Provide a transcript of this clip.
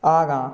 आगाँ